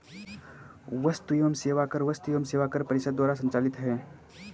वस्तु एवं सेवा कर वस्तु एवं सेवा कर परिषद द्वारा संचालित है